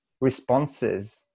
responses